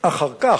אחר כך,